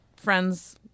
friends